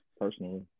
Personally